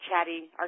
chatty